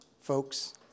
folks